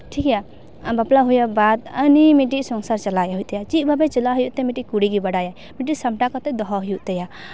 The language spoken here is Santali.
ᱴᱷᱤᱠ ᱜᱮᱭᱟ ᱵᱟᱯᱞᱟ ᱦᱩᱭᱩᱜ ᱵᱟᱫ ᱩᱱᱤ ᱢᱤᱫᱴᱤᱡ ᱥᱚᱝᱥᱟᱨ ᱪᱟᱞᱟᱣ ᱜᱮ ᱦᱩᱭᱩᱜ ᱛᱟᱭᱟ ᱪᱮᱫ ᱵᱷᱟᱵᱮ ᱪᱟᱞᱟᱣ ᱦᱩᱭᱩᱜ ᱛᱟᱭᱟ ᱢᱤᱫᱴᱮᱡ ᱠᱩᱲᱤᱜᱮ ᱵᱟᱲᱟᱭ ᱢᱤᱫᱴᱷᱮᱡ ᱥᱟᱢᱴᱟᱣ ᱠᱟᱛᱮᱜ ᱫᱚᱦᱚ ᱦᱩᱭᱩᱜ ᱛᱟᱭᱟ